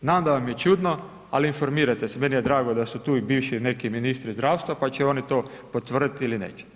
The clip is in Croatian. Znam da vam je čudno, al informirajte se, meni je drago da su tu i bivši neki ministri zdravstva, pa će oni to potvrdit ili neće.